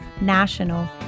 national